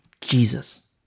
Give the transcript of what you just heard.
Jesus